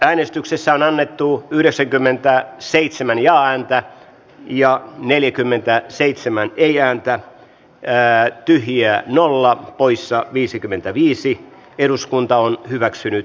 äänestyksissä on annettu yhdeksänkymmentää seitsemän ja häntä ja neljäkymmentäseitsemän ei häntä enää tyhjiä nolla poissa viisikymmentäviisi eduskunta on hyväksynyt